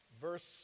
verse